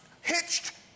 hitched